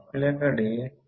88 j दिले आहे